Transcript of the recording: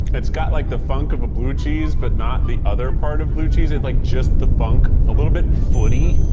it's got like the funk of a blue cheese, but not the other part of blue cheese. it's like, just the funk. a little bit footy,